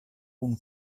kun